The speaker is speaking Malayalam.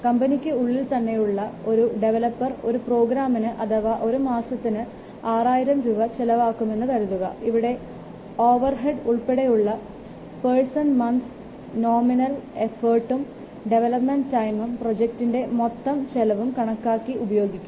കമ്പനിക്ക് ഉള്ളിൽ തന്നെയുള്ള ഉള്ള ഒരു ഡെവലപ്പർമാർക്ക് ഒരു പ്രോഗ്രാമിന് അഥവാ ഒരു മാസത്തിനു 6000 രൂപ ചിലവാകുമെന്ന് കരുതുകഇവിടെ ഓവർഹെഡുകൾ ഉൾപ്പെടെയുള്ള പേർസൺ മന്ത്സ് നോമിനൽ എഫോർട്ടും ഡെവലെപ്മെൻറ് ടൈമും പ്രോജക്റ്റിൻറെ മൊത്തം ചെലവും കണക്കാനായി ഉപയോഗിക്കുന്നു